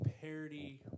parody